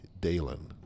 Dalen